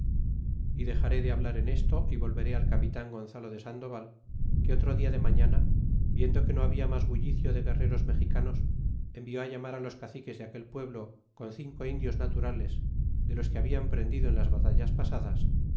y dexaré de hablar en esto y volveré al capitan gonzalo de sandoval que otro dia de maóana viendo que no habia mas bullicio de guerreros mexicanos envió flamar los caciques de aquel pueblo con cinco indios naturales de los que hablan prendido en las batallas pasadaeor